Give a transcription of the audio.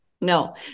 No